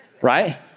right